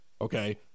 okay